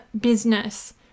business